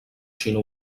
xina